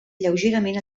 lleugerament